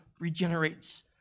regenerates